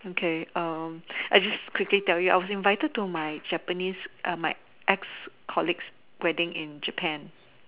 okay um I just quickly tell you I was invited to my Japanese err my ex colleagues wedding in Japan